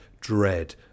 dread